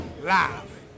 live